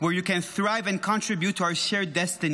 where you can thrive and contribute to our shared destiny.